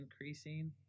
increasing